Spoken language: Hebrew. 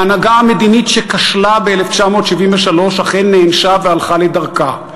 ההנהגה המדינית שכשלה ב-1973 אכן נענשה והלכה לדרכה.